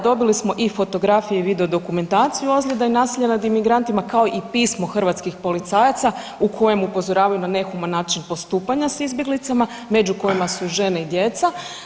Dobili smo i fotografije i videodokumentaciju ozljeda i nasilja nad imigrantima, kao i pismo hrvatskih policajaca u kojemu upozoravaju na nehuman način postupanja s izbjeglicama, među kojima su žene i djeca.